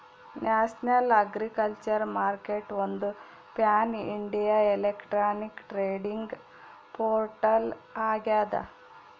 national agriculture ಮಾರ್ಕೆಟ್ಒಂದು pan India electronic trading portal ಆಗ್ಯದ